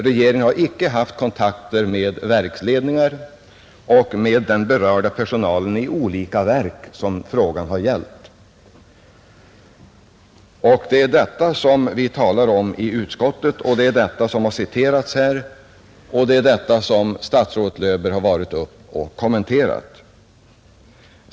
Regeringen har icke haft kontakter med verksledningar och med den berörda personalen i de olika verk som utflyttningen har gällt. Det är detta som vi talat om i utskottets betänkande, det är detta som citerats här och det är detta som statsrådet Löfberg borde ha kommenterat.